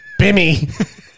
Bimmy